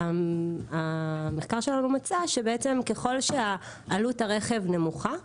המחקר שלנו מצא שככל שעלות הרכב נמוכה,